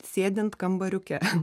sėdint kambariuke